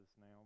now